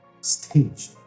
stage